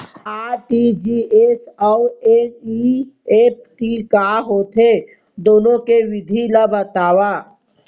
RTGS अऊ NEFT का होथे, दुनो के विधि ला बतावव